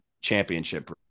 championship